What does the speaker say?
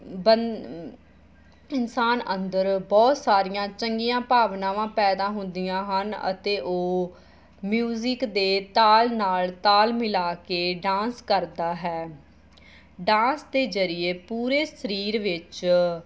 ਬਨ ਇਨਸਾਨ ਅੰਦਰ ਬਹੁਤ ਸਾਰੀਆਂ ਚੰਗੀਆਂ ਭਾਵਨਾਵਾਂ ਪੈਦਾ ਹੁੰਦੀਆਂ ਹਨ ਅਤੇ ਉਹ ਮਿਊਜ਼ਿਕ ਦੇ ਤਾਲ ਨਾਲ ਤਾਲ ਮਿਲਾ ਕੇ ਡਾਂਸ ਕਰਦਾ ਹੈ ਡਾਂਸ ਦੇ ਜ਼ਰੀਏ ਪੂਰੇ ਸਰੀਰ ਵਿੱਚ